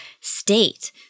state